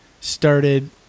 started